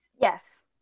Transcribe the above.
Yes